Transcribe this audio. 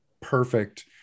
perfect